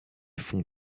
fonds